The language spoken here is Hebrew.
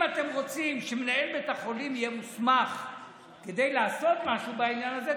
אם אתם רוצים שמנהל בית החולים יהיה מוסמך כדי לעשות משהו בעניין הזה,